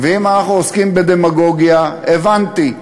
אם אנחנו עוסקים בדמגוגיה, הבנתי.